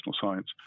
science